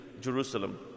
Jerusalem